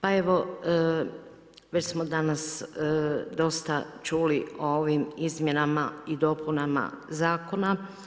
Pa evo već smo danas dosta čuli o ovim izmjenama i dopunama zakona.